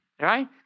Right